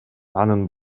анын